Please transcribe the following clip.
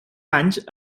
anys